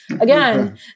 Again